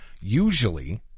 usually